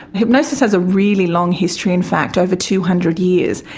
hypnosis has a really long history, in fact over two hundred years.